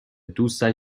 دوستش